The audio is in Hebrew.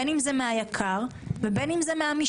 בין אם זה מהיק"ר ובין אם זה מהמשטרה.